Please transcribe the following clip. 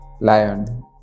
lion